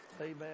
amen